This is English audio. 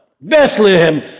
Bethlehem